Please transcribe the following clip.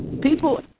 people